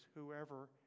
whoever